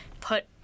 put